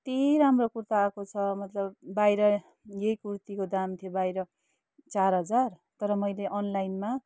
कत्ति राम्रो कुर्ता आएको छ मतलब बाहिर यही कुर्तीको दाम थियो बाहिर चार हजार तर मैले अनलाइनमा